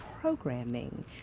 programming